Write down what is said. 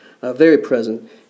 very-present